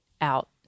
out